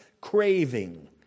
craving